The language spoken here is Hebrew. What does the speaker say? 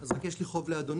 אז יש לי חוב לאדוני,